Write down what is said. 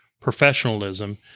professionalism